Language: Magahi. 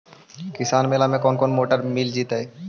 किसान मेला में कोन कोन मोटर मिल जैतै?